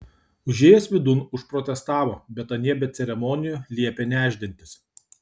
užėjęs vidun užprotestavo bet anie be ceremonijų liepė nešdintis